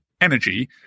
energy